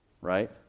right